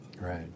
Right